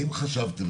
האם חשבתם,